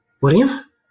William